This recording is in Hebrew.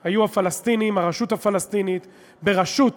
זה הפלסטינים, הרשות הפלסטינית בראשות